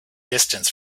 distance